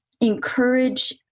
encourage